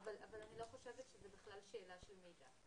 אבל אני לא חושבת שזה בכלל שאלה של מידע.